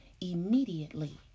immediately